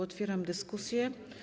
Otwieram dyskusję.